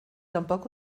tampoc